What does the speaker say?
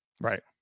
Right